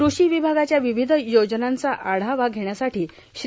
कृषी र्वभागाच्या र्वावध योजनांचा आढावा घेण्यासाठी श्री